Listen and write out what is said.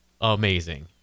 amazing